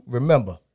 Remember